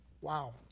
Wow